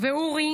ואורי